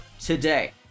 today